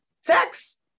Sex